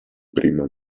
primo